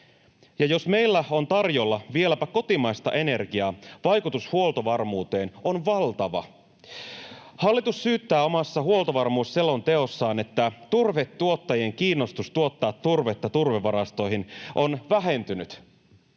ja jos meillä on tarjolla vieläpä kotimaista energiaa, vaikutus huoltovarmuuteen on valtava. Hallitus syyttää omassa huoltovarmuusselonteossaan, että turvetuottajien kiinnostus tuottaa turvetta turvevarastoihin on vähentynyt.